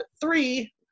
three